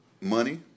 Money